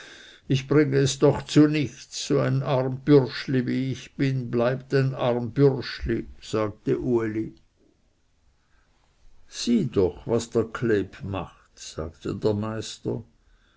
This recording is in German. ich bringe es doch zu nichts so ein arm bürschli wie ich bin bleibt ein arm bürschli sagte uli sieh doch was der kleb macht sagte der meister